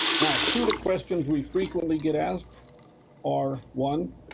now two of the questions we frequently get asked are one,